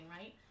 right